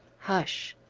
hush!